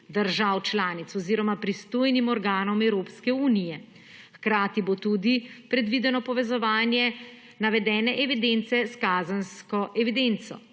držav članic oziroma pristojnim organom Evropske unije. Hkrati bo tudi predvideno povezovanje navedene evidence s kazensko evidenco.